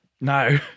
No